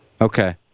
Okay